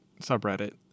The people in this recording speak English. subreddit